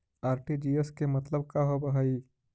RTGS के मतलब का होव हई?